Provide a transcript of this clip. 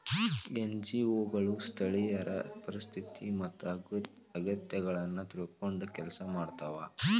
NGO ಗಳು ಸ್ಥಳೇಯರ ಪರಿಸ್ಥಿತಿ ಮತ್ತ ಅಗತ್ಯಗಳನ್ನ ತಿಳ್ಕೊಂಡ್ ಕೆಲ್ಸ ಮಾಡ್ತವಾ